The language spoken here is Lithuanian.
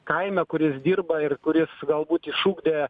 kaime kuris dirba ir kuris galbūt išugdė